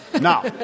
Now